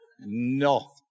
No